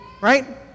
Right